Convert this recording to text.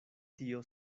tio